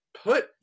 Put